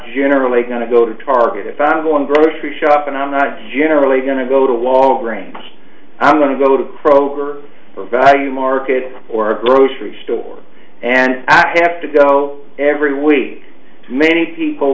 generally going to go to target if i'm going grocery shopping i'm not generally going to go to walgreens i'm going to go to kroger or value market or a grocery store and i have to go every week many people